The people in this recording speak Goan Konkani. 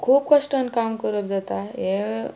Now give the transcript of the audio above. खूब कश्टान काम करप जाता हे